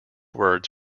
words